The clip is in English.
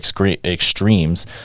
extremes